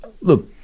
look